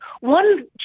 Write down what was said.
one